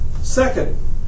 Second